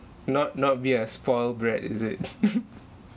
not not be a spoiled brat is it